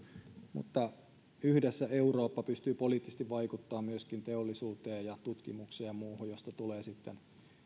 mutta yhdessä eurooppa pystyy poliittisesti vaikuttamaan myöskin teollisuuteen ja tutkimukseen ja muuhun josta tulee sitten